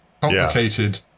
complicated